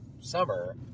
summer